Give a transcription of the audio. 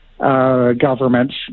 Governments